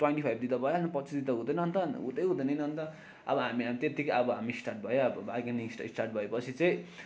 twenty five दिँदा भइहाल्नु पच्चिस दिँदा हुँदैन अन्त हुँदै हुँदैन नि अन्त अब हामी त्यतिकै अब हामी स्टार्ट भयो अब बार्गेनिङ स्टार्ट भएपछि चाहिँ